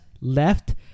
left